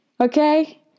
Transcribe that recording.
Okay